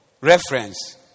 reference